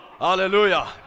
Hallelujah